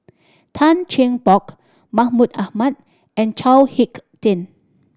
Tan Cheng Bock Mahmud Ahmad and Chao Hick Tin